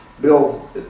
Bill